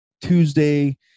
Tuesday